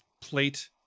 plate